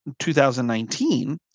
2019